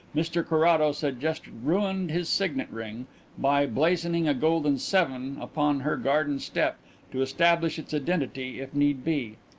mr carrados had just ruined his signet ring by blazoning a golden seven upon her garden step to establish its identity if need be.